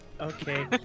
Okay